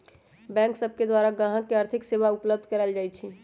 bank सब के द्वारा गाहक के आर्थिक सेवा उपलब्ध कराएल जाइ छइ